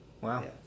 wow